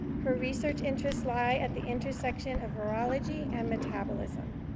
her research interests lie at the intersection of virology and metabolism.